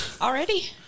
Already